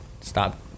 stop